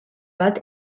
bat